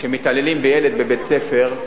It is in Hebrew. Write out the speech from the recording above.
כשמתעללים בילד בבית-הספר,